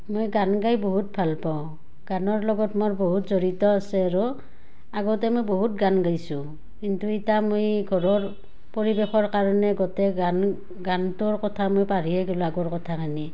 মই গান গাই বহুত ভাল পাওঁ গানৰ লগত মোৰ বহুত জড়িত আছে আৰু আগতে মই বহুত গান গাইছোঁ কিন্তু এতিয়া মই ঘৰৰ পৰিৱেশৰ কাৰণে গোটেই গান গানটোৰ কথা মই পাহৰিয়ে গ'লোঁ আগৰ কথাখিনি